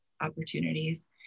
opportunities